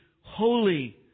holy